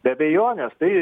be abejonės tai